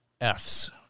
Fs